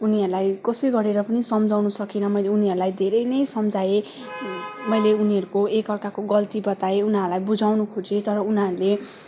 उनीहरूलाई कसै गरेर पनि सम्झाउनु सकिनँ मैले उनीहरूलाई धेरै नै सम्झाएँ मैले उनीहरूको एक अर्काको गल्ती बताएँ उनीहरूलाई बुझाउनु खोजेँ तर उनीहरूले